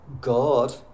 God